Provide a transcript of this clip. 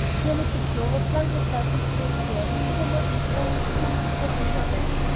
dear little clover flung herself into the affair with even more interest than if it had been her own.